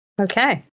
Okay